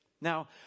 Now